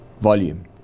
volume